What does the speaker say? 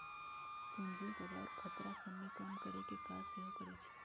पूजी बजार खतरा सभ के कम करेकेँ काज सेहो करइ छइ